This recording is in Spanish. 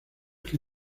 que